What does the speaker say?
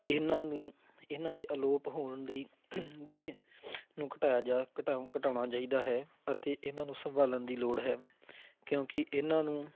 ਇਹਨਾਂ ਨੂੰ ਇਹਨਾਂ ਦੇ ਅਲੋਪ ਹੋਣ ਦੀ ਦਿਸ਼ਾ ਨੂੰ ਘਟਾਇਆ ਜਾਂ ਘਟਾਉ ਘਟਾਉਣਾ ਚਾਹੀਦਾ ਹੈ ਅਤੇ ਇਹਨਾਂ ਨੂੰ ਸੰਭਾਲਣ ਦੀ ਲੋੜ ਹੈ ਕਿਉਂਕਿ ਇਹਨਾਂ ਨੂੰ